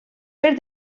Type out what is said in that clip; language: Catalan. per